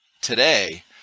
today